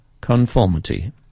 conformity